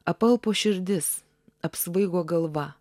apalpo širdis apsvaigo galva